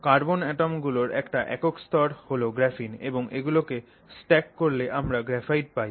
carbon atom গুলোর একটা একক স্তর হল গ্রাফিন এবং এগুলকে স্ট্যাক করলে আমরা গ্রাফাইট পাই